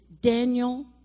Daniel